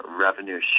revenue